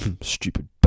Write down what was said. stupid